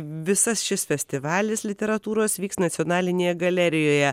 visas šis festivalis literatūros vyks nacionalinėje galerijoje